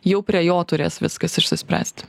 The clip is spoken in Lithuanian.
jau prie jo turės viskas išsispręsti